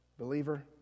Believer